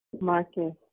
Marcus